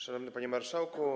Szanowny Panie Marszałku!